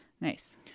Nice